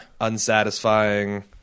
unsatisfying